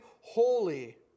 holy